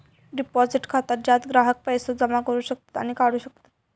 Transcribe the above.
deposit खाता ज्यात ग्राहक पैसो जमा करू शकतत आणि काढू शकतत